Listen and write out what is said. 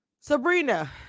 Sabrina